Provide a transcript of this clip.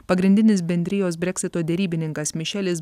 pagrindinis bendrijos brexito derybininkas mišelis